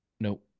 Nope